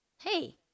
hey